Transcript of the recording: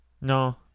no